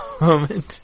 Moment